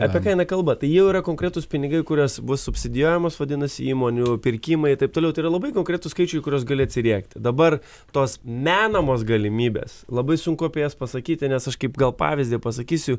apie ką eina kalba tai jau yra konkretūs pinigai kuriuos bus subsidijuojamos vadinasi įmonių pirkimai taip toliau tai yra labai konkretūs skaičiai kuriuos gali atsiriekti dabar tos menamos galimybės labai sunku apie jas pasakyti nes aš kaip gal pavyzdį pasakysiu